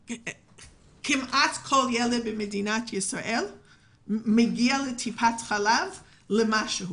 כמעט כל ילד במדינת ישראל מגיע לטיפת חלב לעניין כלשהו.